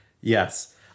Yes